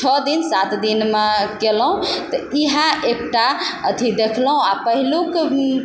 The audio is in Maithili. छओ दिन सात दिनमे केलहुँ तऽ इएह एकटा अथी देखलहुँ आ पहिलुक